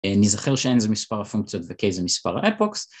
נזכר ש-n זה מספר הפונקציות ו-k זה מספר ה-epochs